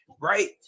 right